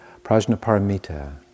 Prajnaparamita